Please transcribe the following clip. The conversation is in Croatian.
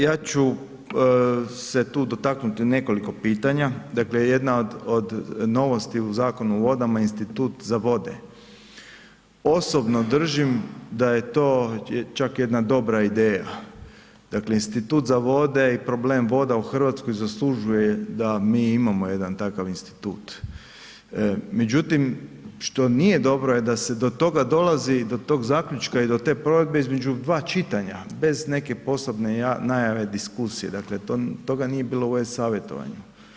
Ja ću se tu dotaknuti nekoliko pitanja, dakle jedna od novosti u Zakonu o vodama je institut za vode, osobno držim da je to čak jedna dobra ideja, dakle institut za vode i problem voda u Hrvatskoj zaslužuje da mi imamo jedan takav institut međutim što nije dobro je da se to toga dolazi, do tog zaključka i te provedbe između dva čitanja, bez neke posebne najave, diskusije, dakle toga nije bilo u e-savjetovanju.